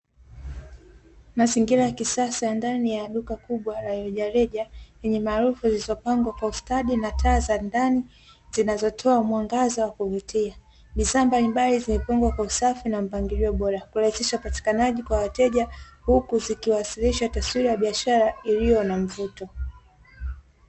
Mazingira ya kisasa ndani ya duka kubwa la rejareja, lenye marafu zilizopangwa kwa ustadi, na taa za ndani zinazotoa mwangaza wa kuvutia. Bidhaa mbalimbali zimepangwa kwa usafi na mpangilio bora, kurahisisha upatikanaji kwa wateja, huku zikiwasilisha taswira ya biashara iliyo na mvuto.